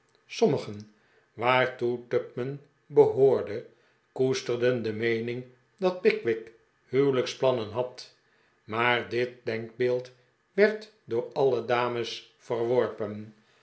sommigen waartoe tupman behoorde koesterden de meening dat pickwick huwelijksplannen had maar dit denkbeeld werd door alle dames verworpen